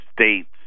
States